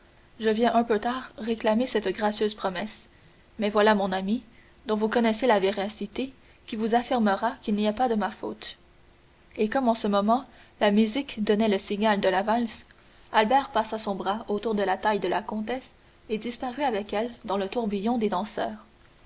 je viens un peu tard réclamer cette gracieuse promesse mais voilà mon ami dont vous connaissez la véracité qui vous affirmera qu'il n'y a pas de ma faute et comme en ce moment la musique donnait le signal de la valse albert passa son bras autour de la taille de la comtesse et disparut avec elle dans le tourbillon des danseurs